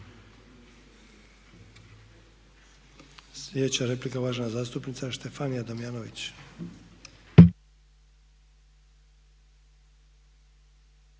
Slijedeća replika uvažena zastupnica Štefanija Damjanović.